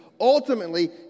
ultimately